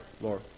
Laura